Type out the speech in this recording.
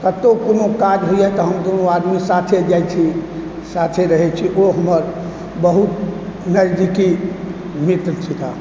कतहुँ कोनो काज होइए तऽ हम दुनु आदमी साथे जाइ छी साथे रहै छी ओ हमर बहुत नजदीकी मित्र छीका